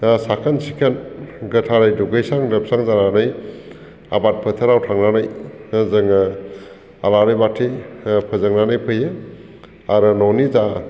साखोन सिखोन गोथारै दुगैस्रां लोबस्रां जानानै आबाद फोथाराव थांनानै जोङो आलारि बाथि फोजोंनानै फैयो आरो न'नि जा